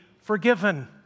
forgiven